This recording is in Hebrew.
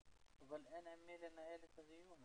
אני אתן טיפה רקע לפעילות שלנו,